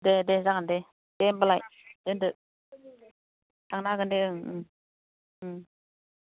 दे दे जागोन दे दे होमबालाय दोन्दो थांनो हागोन दे ओं ओम उम